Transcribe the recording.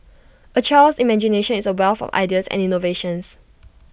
A child's imagination is A wealth of ideas and innovations